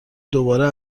دوباره